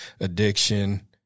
addiction